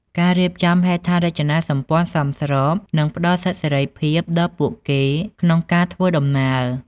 ការរៀបចំហេដ្ឋារចនាសម្ព័ន្ធសមស្របនឹងផ្តល់សិទ្ធិសេរីភាពដល់ពួកគេក្នុងការធ្វើដំណើរ។